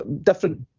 Different